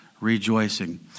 rejoicing